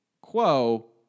quo